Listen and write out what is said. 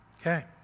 Okay